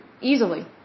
Easily